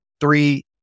three